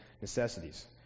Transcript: necessities